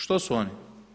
Što su oni?